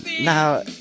Now